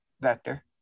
Vector